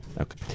Okay